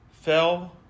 fell